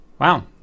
Wow